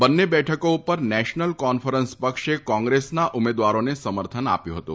બંને બેઠકો પર નેશનલ કોન્ફરન્સ પક્ષે કોંગ્રેસના ઉમેદવારોને સમર્થન આપ્યું હતું